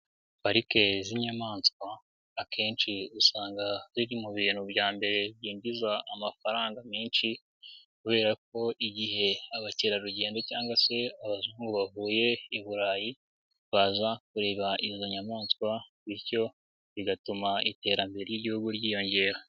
Parike z'inyamaswa akenshi usanga ziri mu bintu bya mbere byinjiza amafaranga menshi, kubera ko igihe abakerarugendo cyangwa se abazungu bavuye i Burayi baza kureba izo nyamaswa, bityo bigatuma iterambere ry'igihugu ryiyongera.